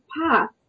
path